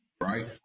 right